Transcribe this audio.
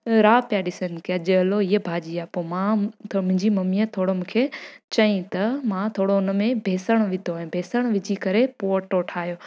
राह पिया ॾिसण कि अॼु हलो ईअं भाॼी पोइ मां त मुंहिंजी मम्मीअ थोरो मूंखे चई त मां थोरो उन में बेसण विधो ऐं बेसण विझी करे पोइ अटो ठाहियो